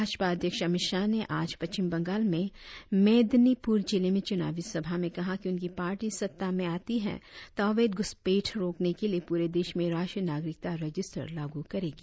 भाजपा अध्यक्ष अमित शाह ने आज पश्चिम बंगाल में मेदनीपुर जिलें में चुनावी सभा में कहा कि उनकी पार्टी सत्ता में आती है तो अवैध घुसपैठ रोकने के लिए पूरे देश में राष्ट्रीय नागरिकता रजिस्टर लागू करेगी